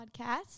podcast